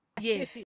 yes